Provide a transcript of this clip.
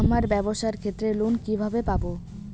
আমার ব্যবসার ক্ষেত্রে লোন কিভাবে পাব?